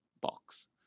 box